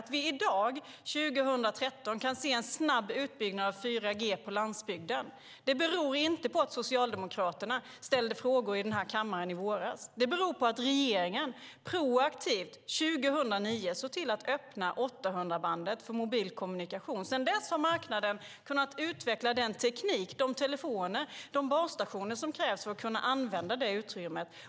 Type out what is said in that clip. Att vi i dag, 2013, kan se en snabb utbyggnad av 4G på landsbygden beror inte på att Socialdemokraterna ställde frågor i den här kammaren i våras, utan det beror på regeringens proaktiva arbete. År 2009 såg regeringen till att 800-bandet öppnades för mobil kommunikation. Sedan dess har marknaden kunnat utveckla den teknik, de telefoner och de basstationer som krävs för att kunna använda det utrymmet.